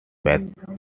bethlehem